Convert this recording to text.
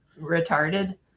retarded